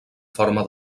forma